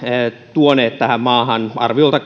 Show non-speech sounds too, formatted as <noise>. tuoneet tähän maahan arviolta <unintelligible>